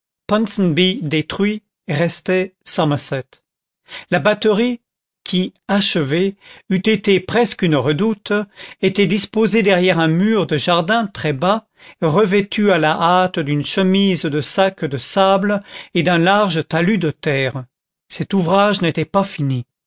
détruit restait somerset la batterie qui achevée eût été presque une redoute était disposée derrière un mur de jardin très bas revêtu à la hâte d'une chemise de sacs de sable et d'un large talus de terre cet ouvrage n'était pas fini